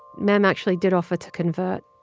mem actually did offer to convert.